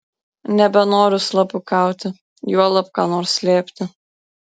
nebenoriu slapukauti juolab ką nors slėpti